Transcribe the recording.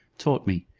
taught me,